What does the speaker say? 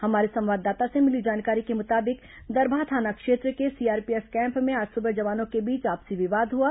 हमारे संवाददाता से मिली जानकारी के मुताबिक दरभा थाना क्षेत्र के सीआरपीएफ कैम्प में आज सुबह जवानों के बीच आपसी विवाद हुआ